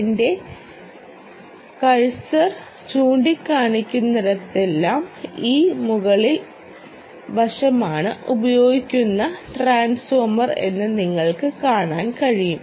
എന്റെ കഴ്സർ ചൂണ്ടിക്കാണിക്കുന്നിടത്തെല്ലാം ഈ മുകളിലെ വശമാണ് ഉപയോഗിച്ചിരിക്കുന്ന ട്രാൻസ്ഫോർമർ എന്ന് നിങ്ങൾക്ക് കാണാൻ കഴിയും